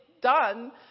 done